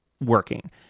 working